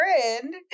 friend